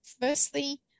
Firstly